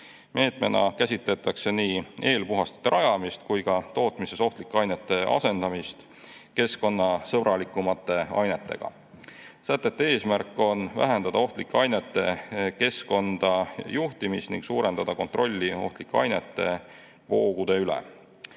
Meetmena käsitletakse nii eelpuhastite rajamist kui ka tootmises ohtlike ainete asendamist keskkonnasõbralikumate ainetega. Sätete eesmärk on vähendada ohtlike ainete keskkonda juhtimist ning suurendada kontrolli ohtlike ainete voogude üle.